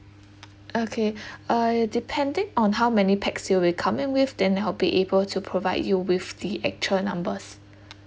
okay uh depending on how many pax you will be coming with then I'll be able to provide you with the actual numbers